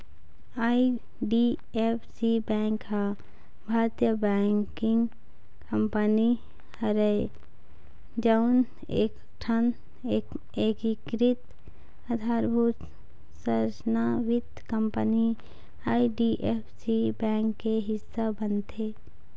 IDFC bank ह भारतीय banking company हरय जउन एकठन एकीकृत अधारभूत संरचना वित्त कंपनी आई.डी.एफ.सी बेंक के हिस्सा बनथे